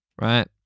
right